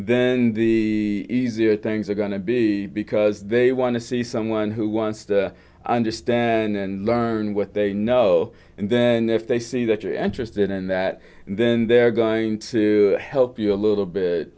then the easier things are going to be because they want to see someone who wants the understand and learn what they know and then if they see that you're interested in that then they're going to help you a little bit